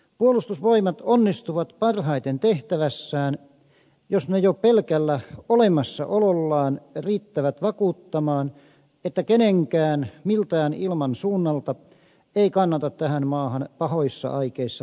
puolustusvoimat onnistuvat parhaiten tehtävässään jos ne jo pelkällä olemassaolollaan riittävät vakuuttamaan että kenenkään miltään ilmansuunnalta ei kannata tähän maahan pahoissa aikeissa tulla